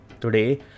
Today